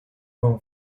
whom